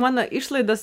mano išlaidos